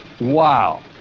Wow